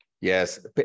Yes